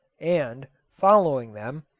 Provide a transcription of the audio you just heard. and, following them,